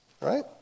right